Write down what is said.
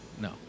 No